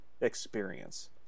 experience